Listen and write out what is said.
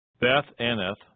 Beth-Aneth